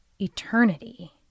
eternity